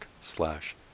slash